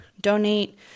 donate